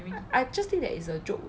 I just think that it's a joke